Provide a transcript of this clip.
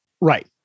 right